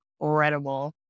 incredible